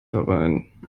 herein